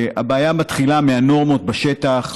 הבעיה מתחילה בנורמות בשטח,